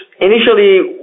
initially